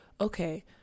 okay